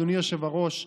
אדוני היושב-ראש,